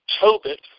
Tobit